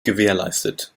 gewährleistet